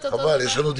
חבל, יש לנו עוד